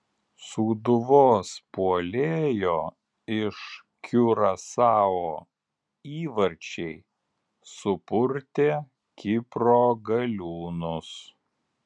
sūduvos puolėjo iš kiurasao įvarčiai supurtė kipro galiūnus